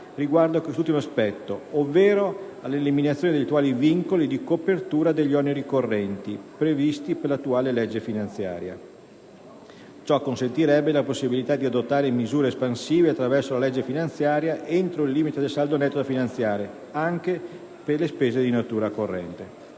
riguardo a quest'ultimo aspetto, ovvero l'eliminazione degli attuali vincoli di copertura degli oneri correnti previsti per l'attuale legge finanziaria. Ciò consentirebbe la possibilità di adottare misure espansive attraverso la legge finanziaria entro il limite del saldo netto da finanziare, anche per le spese di natura corrente.